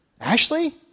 Ashley